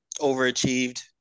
overachieved